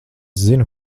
zinu